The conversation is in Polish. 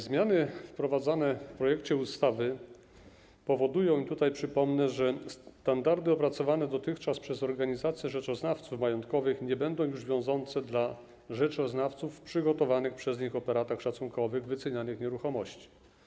Zmiany wprowadzane w projekcie ustawy powodują, przypomnę, że standardy opracowane dotychczas przez organizacje rzeczoznawców majątkowych nie będą już wiążące dla rzeczoznawców w przygotowanych przez nich operatach szacunkowych wycenianych nieruchomości.